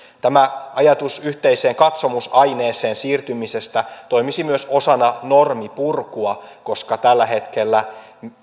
tämä ajatus yhteiseen katsomusaineeseen siirtymisestä toimisi myös osana normipurkua koska tällä hetkellä